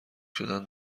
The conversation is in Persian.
شدن